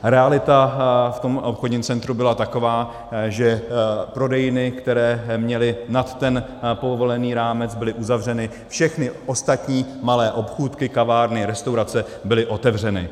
Realita v tom obchodním centru byla taková, že prodejny, které měly nad ten povolený rámec, byly uzavřeny, všechny ostatní malé obchůdky, kavárny, restaurace byly otevřeny.